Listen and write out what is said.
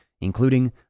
including